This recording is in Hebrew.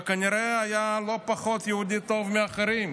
וכנראה היה יהודי לא פחות טוב מאחרים.